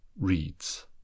reads